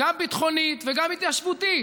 גם ביטחונית וגם התיישבותית,